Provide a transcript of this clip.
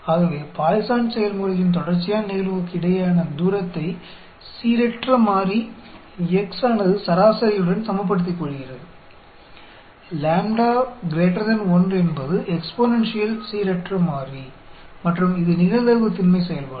ஆகவே பாய்சான் செயல்முறையின் தொடர்ச்சியான நிகழ்வுகளுக்கு இடையேயான தூரத்தை சீரற்ற மாறி x ஆனது சராசரியுடன் சமப்படுத்திக் கொள்கிறது λ 1 என்பது எக்ஸ்பொனென்ஷியல் சீரற்ற மாறி மற்றும் இது நிகழ்தகவு திண்மை செயல்பாடு